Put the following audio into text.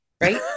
right